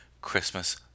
Christmas